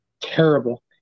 terrible